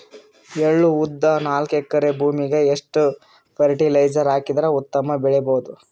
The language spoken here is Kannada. ಎಳ್ಳು, ಉದ್ದ ನಾಲ್ಕಎಕರೆ ಭೂಮಿಗ ಎಷ್ಟ ಫರಟಿಲೈಜರ ಹಾಕಿದರ ಉತ್ತಮ ಬೆಳಿ ಬಹುದು?